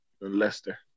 Leicester